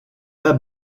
pas